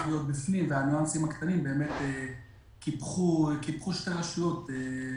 להיות בפנים והניואנסים הקטנים קיפחו שתי רשויות.